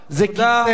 תודה.